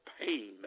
pain